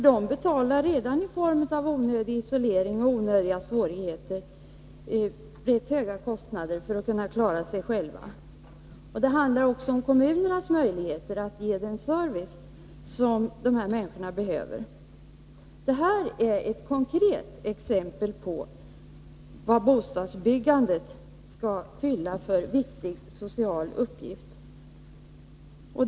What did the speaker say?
De betalar redan, i form av onödig isolering och onödiga svårigheter, ett rätt högt pris för att kunna klara sig själva. Det handlar också om kommunernas möjligheter att ge den service som de äldre människorna behöver. Detta är ett konkret exempel på en viktig social uppgift som bostadsbyggandet skall fylla.